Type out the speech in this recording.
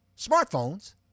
smartphones